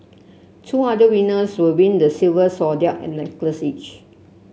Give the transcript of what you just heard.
two other winners will win the silver zodiac necklace each